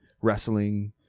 wrestling